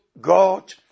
God